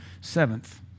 seventh